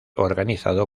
organizado